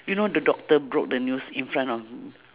you know the doctor broke the news in front of m~